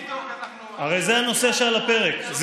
הרי זה הנושא שעל הפרק.